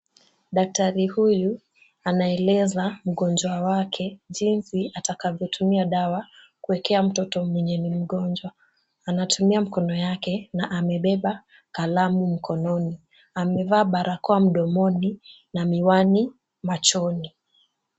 Daktari huyu anaeleza mgonjwa wake jinsi atakavyotumia dawa kuwekea mtoto mwenye ni mgonjwa. Anatumia mkono yake na amebeba kalamu mkononi. Amevaa barakoa mdomoni na miwani machoni.